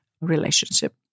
relationship